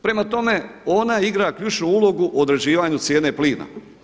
Prema tome, ona igra ključnu ulogu o određivanju cijene plina.